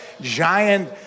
Giant